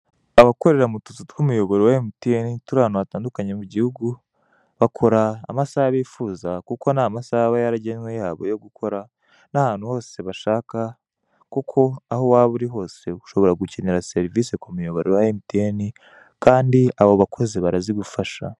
Abakorera mu tuzu tw'umuyoboro wa emutiyeni turi ahantu hatandukanye mu gihugu, bakora amasaha bifuza kuko nta masaha aba yaragenwe yabo yo gukora, n'ahantu hose bashaka, kuko aho waba uri hose ushobora gukenera serivisi ku muyoboro wa emutiyeni, kandi abo bakozi barazigufasha.